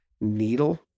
needle